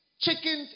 chickens